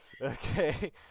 Okay